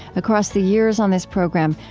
across the years on this program,